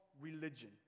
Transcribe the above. religion